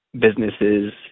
businesses